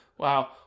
Wow